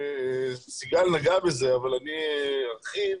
סיגל נגעה בזה אבל אני ארחיב.